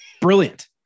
brilliant